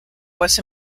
was